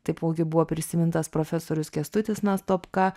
taipogi buvo prisimintas profesorius kęstutis nastopka